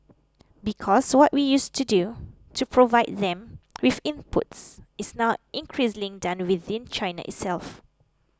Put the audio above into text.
because what we used to do to provide them with inputs is now increasingly done within China itself